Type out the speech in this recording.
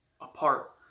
apart